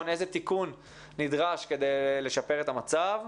איזה תיקון נדרש כדי לשפר את המצב.